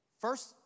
First